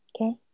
okay